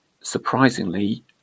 surprisingly